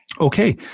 Okay